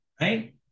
right